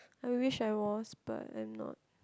I wish I was but I'm not